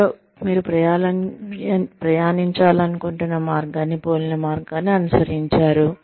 ఎవరో మీరు ప్రయాణించాలనుకుంటున్న మార్గాన్ని పోలిన మార్గాన్ని అనుసరించారు